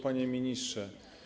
Panie Ministrze!